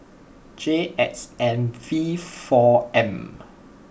J X N V four M